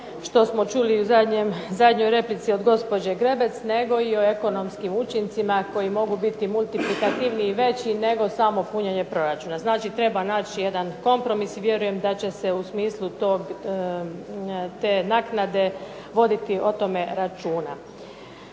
što smo čuli u zadnjoj replici od gospođe Zgrebec, nego i u ekonomskim učincima koji mogu biti multikultativni i veći nego samo punjenje proračuna. Znači treba naći jedan kompromis i vjerujem da će se u smislu te naknade voditi o tome računa.